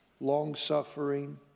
long-suffering